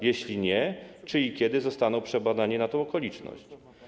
Jeśli nie, czy i kiedy zostaną przebadani na tę okoliczność?